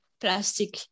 plastic